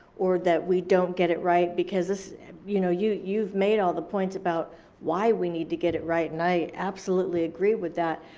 or that we don't get it right, because you know you've you've made all the points, about why we need to get it right, and i absolutely agree with that,